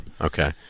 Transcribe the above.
Okay